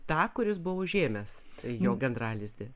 tą kuris buvo užėmęs jo gandralizdį